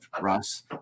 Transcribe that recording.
Russ